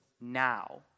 now